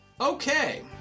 Okay